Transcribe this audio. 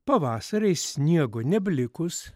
pavasarį sniego neblikus